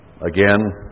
Again